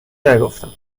نگفتم